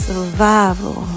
Survival